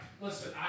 listen